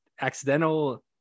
accidental